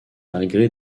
malgré